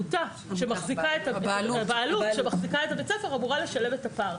והבעלות שמחזיקה את בית הספר אמורה לשלם את הפער.